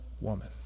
woman